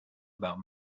about